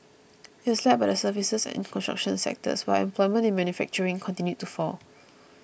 it was led by the services and construction sectors while employment in manufacturing continued to fall